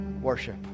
worship